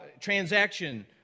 transaction